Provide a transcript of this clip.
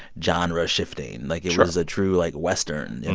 genre-shifting. like, it was a true, like, western, yeah